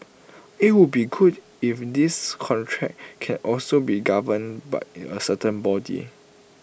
IT would be good if this contract can also be governed by in A certain body